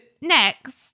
next